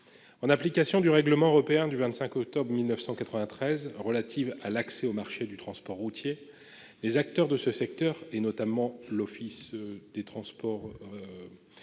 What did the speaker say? En application du règlement européen du 25 octobre 1993 relatif à l'accès au marché du transport routier, les acteurs de ce secteur, notamment l'Organisation des transporteurs